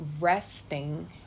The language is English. resting